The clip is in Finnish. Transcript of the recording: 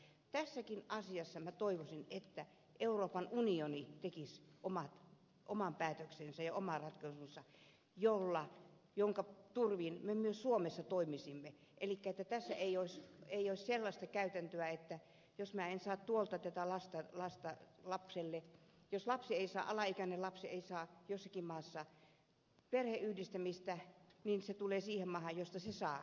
tässäkin asiassa minä toivoisin että euroopan unioni tekisi oman päätöksensä ja oman ratkaisunsa jonka turvin myös me suomessa toimisimme että tässä ei olisi sellaista käytäntöä että jos mä en saa tuota työtä lasten lasta lapselle jos alaikäinen lapsi ei saa jossakin maassa perheenyhdistämismahdollisuutta niin hän tulee siihen maahan jossa sen saa